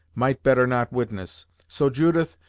might better not witness. so, judith,